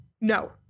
No